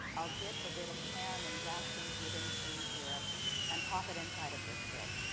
i'll dip a bit of ham in jackson's ribbon cane syrup and pop it inside a biscuit.